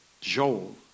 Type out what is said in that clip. Joel